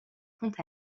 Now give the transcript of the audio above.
compte